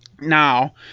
Now